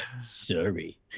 Sorry